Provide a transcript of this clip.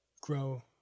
grow